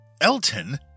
Elton